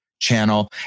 channel